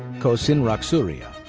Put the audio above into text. kosin ruksuriya.